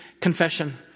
confession